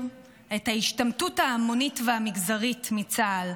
את ההשתמטות ההמונית והמגזרית מצה"ל,